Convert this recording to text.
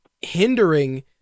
hindering